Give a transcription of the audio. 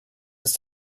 ist